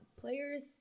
players